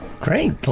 Great